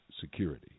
security